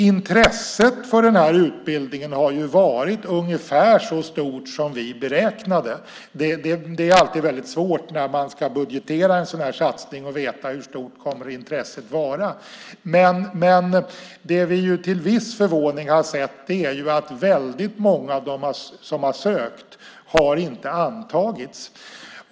Intresset för utbildningen har varit ungefär så stort som vi beräknade. Det är alltid väldigt svårt att veta hur stort intresset kommer att vara när man ska budgetera en sådan här satsning. Men med viss förvåning har vi sett att många av dem som har sökt inte har antagits.